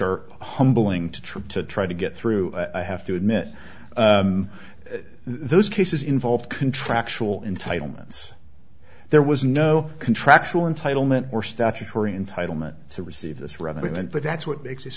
are humbling to try to try to get through i have to admit those cases involve contractual entitlements there was no contractual entitlement or statutory entitlement to receive this revetment but that's what makes